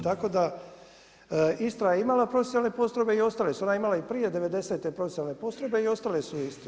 Tako da Istra je imala profesionalne postrojbe i ostale su, ona je imala i prije '90. profesionalne postrojbe i ostale su iste.